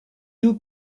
two